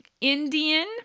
Indian